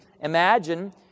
Imagine